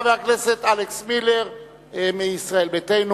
חבר הכנסת אלכס מילר מישראל ביתנו.